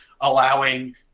allowing